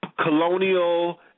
colonial